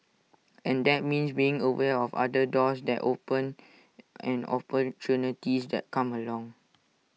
and that means being aware of other doors that open and opportunities that come along